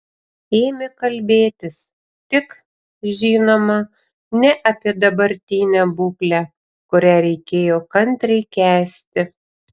ėmė kalbėtis tik žinoma ne apie dabartinę būklę kurią reikėjo kantriai kęsti